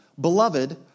Beloved